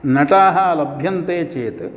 नटाः लभ्यन्ते चेत्